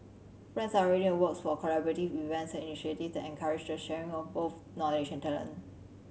plans are already in the works for collaborative events and initiatives that encourage the sharing of both knowledge and talent